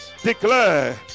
declare